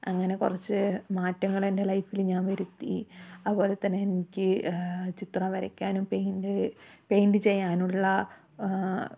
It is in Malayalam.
അങ്ങനെ കുറച്ച് മാറ്റങ്ങള് എൻ്റെ ലൈഫില് ഞാൻ വരുത്തി അതുപോലെ തന്നെ എനിക്ക് ചിത്രം വരക്കാനും പെയിൻറ്റ് പെയിൻറ്റ് ചെയ്യാനുള്ള